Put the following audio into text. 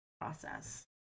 process